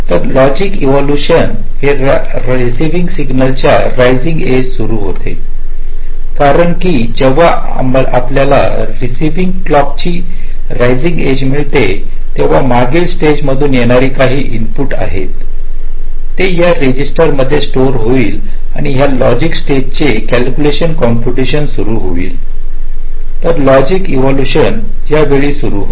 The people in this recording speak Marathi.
तर लॉजिक ईव्हॅल्युएशन हे रेसिइविंग क्लॉकच्या रायसिंग एज सुरू होते कारण की जेव्हा आम्हाला रेसिइविंग क्लॉकची रायसिंग एज मळते तेव्हा मागील स्टेज मधून येणारे काही इनपुट आहे ते या रजिस्टरमध्ये स्टोअर होईल आणि या लॉजिक स्टेजचे कॅल्क्युलेशन आणि किंपटेशन सुरू होईल तर लॉजिक ईव्हॅल्युएशन त्यावेळी सुरू होते